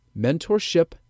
Mentorship